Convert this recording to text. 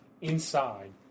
inside